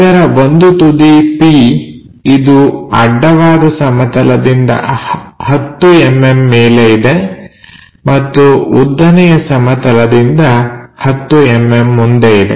ಇದರ ಒಂದು ತುದಿ P ಇದು ಅಡ್ಡವಾದ ಸಮತಲ ದಿಂದ 10mm ಮೇಲೆ ಇದೆ ಮತ್ತು ಉದ್ದನೆಯ ಸಮತಲದಿಂದ 10mm ಮುಂದೆ ಇದೆ